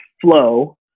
Flow